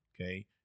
okay